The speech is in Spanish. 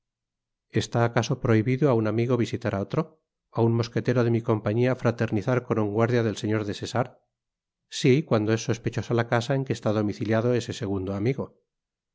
está acaso prohibido á un amigo visitar á otro á un mosquetero de mi compañía fraternizar con un guardia del señor des essarts sí cuando es sospechosa la casa en que está domiciliado ese segundo amigo